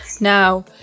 now